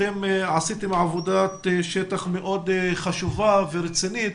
אתם עשיתם עבודת שטח מעוד חשובה ורצינית